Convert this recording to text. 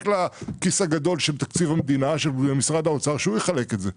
לכיס הגדול של תקציב המדינה כדי שהוא יחלק את זה.